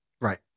Right